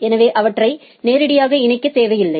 எனவே அவற்றை நேரடியாக இணைக்க தேவையில்லை